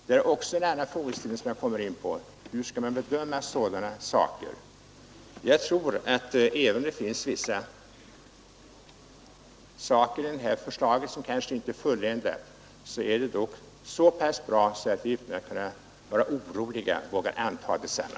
Jag kommer då till frågan: Hur skall man bedöma sådana fall? Även om vissa delar av detta förslag inte är fulländade, är det dock så pass bra att vi utan att vara oroliga vågar anta detsamma.